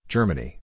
Germany